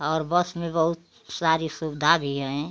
और बस में बहुत सारी सुविधा भी है